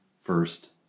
first